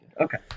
Okay